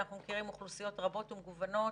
אנחנו מכירים אוכלוסיות רבות ומגוונות